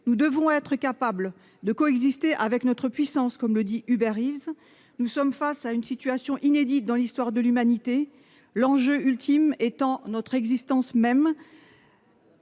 nous devons être capables de exister avec notre puissance, comme le dit Hubert Reeves nous sommes face à une situation inédite dans l'histoire de l'humanité, l'enjeu ultime étant notre existence même.